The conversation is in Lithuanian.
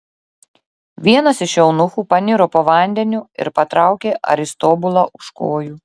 vienas iš eunuchų paniro po vandeniu ir patraukė aristobulą už kojų